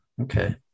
okay